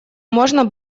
можно